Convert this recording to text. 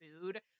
food